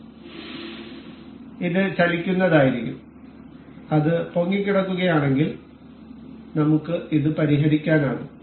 അതിനാൽ ഇത് ചലിക്കുന്നതായിരിക്കും അത് പൊങ്ങിക്കിടക്കുകയാണെങ്കിൽ നമുക്ക് ഇത് പരിഹരിക്കാനാകും